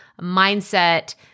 mindset